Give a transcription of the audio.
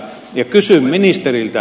kysyn ministeriltä